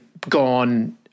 gone